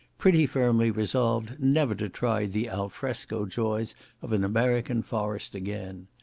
pretty firmly resolved never to try the al fresco joys of an american forest again.